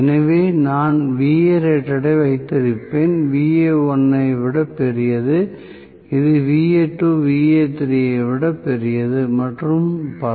எனவே நான் ஐ வைத்திருப்பேன் Va1 ஐ விட பெரியது பின்னர் Va2 Va3 ஐ விட பெரியது மற்றும் பல